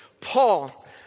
Paul